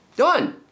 done